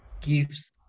gives